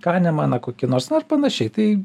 kanemaną kokį nors nu ar panašiai tai